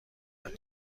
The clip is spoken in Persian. داری